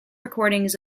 recordings